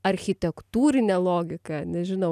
architektūrine logika nežinau